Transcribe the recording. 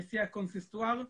נשיא הקונסיסטואר,